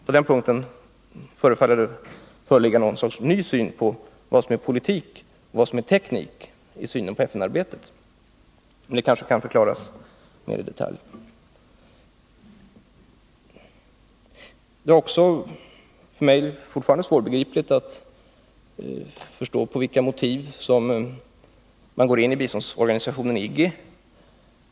På den punkten förefaller det föreligga någon sorts ny syn på vad som är politik och vad som är teknik i FN-arbetet. Men detta kanske kan förklaras mera i detalj. För mig är det också fortfarande svårt att förstå vilka motiv man har för att gåini biståndsorganisationen IGGI.